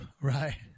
right